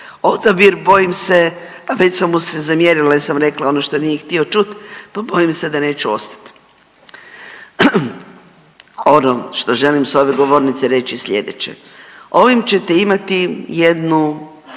odabir bojim se, a već sam mu se zamjerila jer sam rekla ono što nije htio čut, pa bojim se da neću ostat. Ono što želim s ove govornice reći je sljedeće, ovim ćete imati jednu